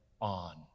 on